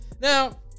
now